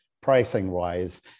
pricing-wise